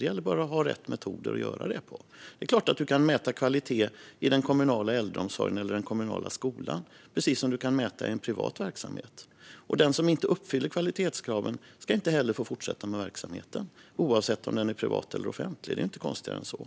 Det gäller bara att ha rätt metoder. Det är klart att man kan mäta kvalitet i den kommunala äldreomsorgen eller den kommunala skolan, precis som man kan mäta den i en privat verksamhet. Den som inte uppfyller kvalitetskraven ska inte heller få fortsätta med verksamheten, oavsett om den är privat eller offentlig. Det är inte konstigare än så.